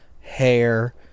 hair